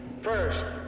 First